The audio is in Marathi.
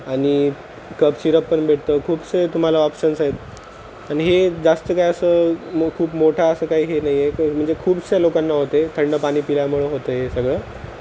आणि कप सिरप पण भेटतं खूपसे तुम्हाला ऑप्शन्स आहेत आणि हे जास्त काय असं मग खूप मोठा असं काही हे नाही आहे म्हणजे खूपशा लोकांना होते थंड पाणी पिल्यामुळे होतं हे सगळं